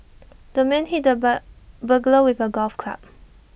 the man hit the bug burglar with A golf club